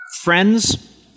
friends